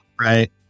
Right